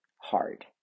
hard